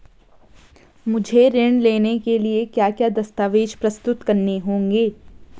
मुझे ऋण लेने के लिए क्या क्या दस्तावेज़ प्रस्तुत करने होंगे?